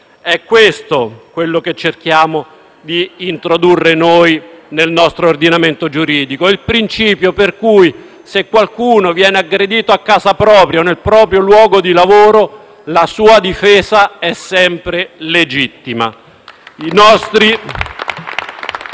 È questo quello che cerchiamo di introdurre noi nel nostro ordinamento giuridico: il principio per cui, se qualcuno viene aggredito a casa propria o nel proprio luogo di lavoro, la sua difesa è sempre legittima.